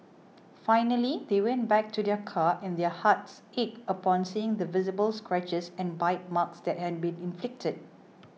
finally they went back to their car and their hearts ached upon seeing the visible scratches and bite marks that had been inflicted